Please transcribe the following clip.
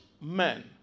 men